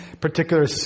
particular